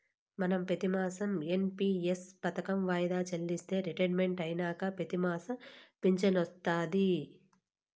మనం పెతిమాసం ఎన్.పి.ఎస్ పదకం వాయిదా చెల్లిస్తే రిటైర్మెంట్ అయినంక పెతిమాసం ఫించనొస్తాది